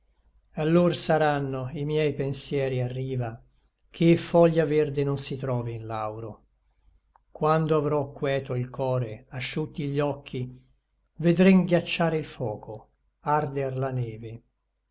allor saranno i miei pensier a riva che foglia verde non si trovi in lauro quando avrò queto il core asciutti gli occhi vedrem ghiacciare il foco arder la neve